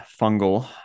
fungal